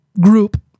group